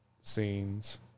scenes